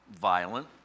Violent